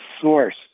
source